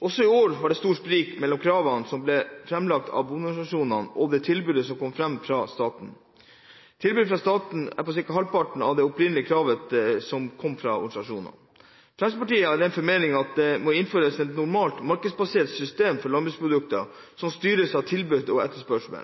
Også i år var det et stort sprik mellom det kravet som ble framlagt av bondeorganisasjonene, og det tilbudet som kom fra staten. Tilbudet fra staten er på ca. halvparten av det opprinnelige kravet fra bondeorganisasjonene. Fremskrittspartiet er av den formening at det må innføres et normalt markedsbasert system for landbruksprodukter som styres av tilbud og etterspørsel.